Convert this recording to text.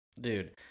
Dude